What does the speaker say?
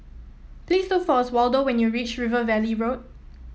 please look for Oswaldo when you reach River Valley Road